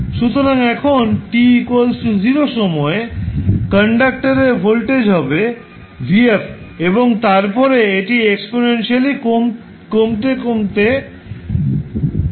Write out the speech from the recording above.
সুতরাং এখন t0 সময়ে কন্ডাক্টরের ভোল্টেজ হবে vf এবং তারপরে এটি এক্সপনেন্সিয়ালি কমতে কমতে হবে 0